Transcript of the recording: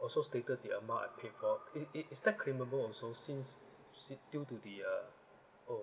also stated the amount I paid for is is is that claimable also since due to the uh oh